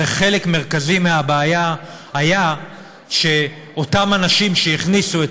הרי חלק מרכזי מהבעיה היה שאותם אנשים שהכניסו את